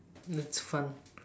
that's fun